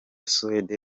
suwede